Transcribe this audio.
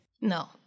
No